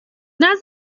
نزار